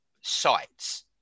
sites